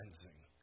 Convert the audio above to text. cleansing